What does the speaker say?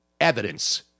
evidence